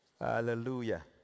Hallelujah